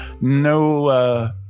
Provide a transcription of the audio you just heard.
No